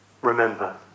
remember